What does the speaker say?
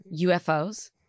UFOs